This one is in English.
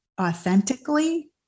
authentically